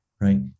right